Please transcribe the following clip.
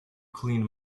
cleaned